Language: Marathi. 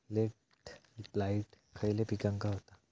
लेट ब्लाइट खयले पिकांका होता?